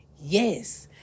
Yes